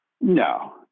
no